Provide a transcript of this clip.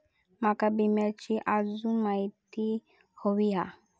माका विम्याची आजून माहिती व्हयी हा?